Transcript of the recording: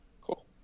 Cool